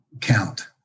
count